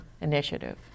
initiative